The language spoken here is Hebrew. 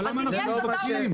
אבל למה אנחנו לא בודקים?